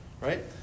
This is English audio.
right